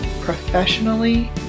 professionally